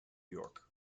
york